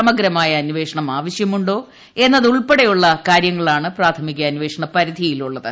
സമഗ്രമായ അന്വേഷണം ആവശ്യമുണ്ടോ എന്നതുൾപ്പെടെയുള്ള കാര്യങ്ങളാണ് പ്രാഥമിക അന്വേഷണ പരിധിയിലുള്ളത്